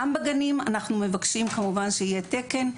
גם בגנים אנחנו מבקשים כמובן, שיהיה תקן,